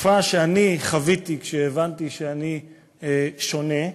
התקופה שאני חוויתי כשהבנתי שאני שונה,